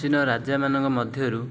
ପ୍ରାଚୀନ ରାଜାମାନଙ୍କ ମଧ୍ୟରୁ